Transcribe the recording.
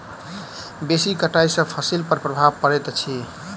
बेसी कटाई सॅ फसिल पर प्रभाव पड़ैत अछि